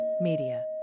media